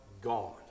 gone